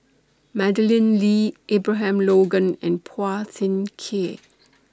Madeleine Lee Abraham Logan and Phua Thin Kiay